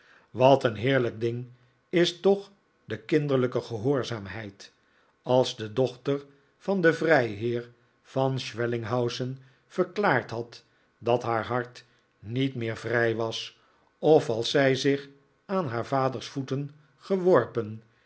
wat een heerlijk ding is toch de kinderlijke gehoorzaamheid als de dochter van den vrijheer van schwellinghausen verklaard had dat haar hart niet meer vrij was of als zij zich aan haar vaders voeten geworpen